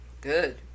Good